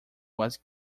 was